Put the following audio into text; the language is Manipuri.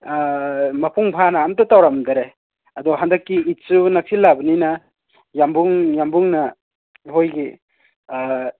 ꯃꯄꯨꯡ ꯐꯥꯅ ꯑꯝꯇ ꯇꯧꯔꯝꯗꯔꯦ ꯑꯗꯣ ꯍꯟꯗꯛꯀꯤ ꯏꯠꯁꯨ ꯅꯛꯁꯤꯜꯂꯕꯅꯤꯅ ꯌꯥꯝꯕꯨꯡ ꯌꯥꯝꯕꯨꯡꯅ ꯑꯩꯈꯣꯏꯒꯤ